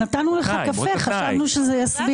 אני מוחק את התנאי לצורך הדיון.